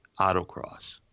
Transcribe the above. autocross